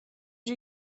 you